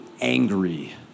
angry